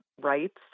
rights